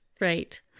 right